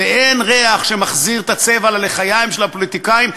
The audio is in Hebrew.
ואין ריח שמחזיר את הצבע ללחיים של הפוליטיקאים,